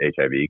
HIV